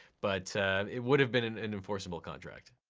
but it would have been an an enforceable contract.